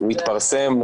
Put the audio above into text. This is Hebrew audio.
הוא יתפרסם,